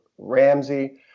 Ramsey